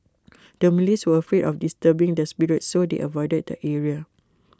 the Malays were afraid of disturbing the spirits so they avoided the area